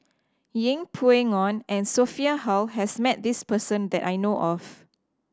Yeng Pway Ngon and Sophia Hull has met this person that I know of